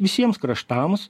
visiems kraštams